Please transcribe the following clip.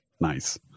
Nice